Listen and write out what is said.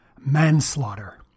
manslaughter